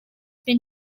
been